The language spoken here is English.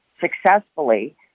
successfully